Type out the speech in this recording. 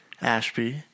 Ashby